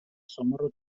zomorro